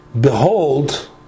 behold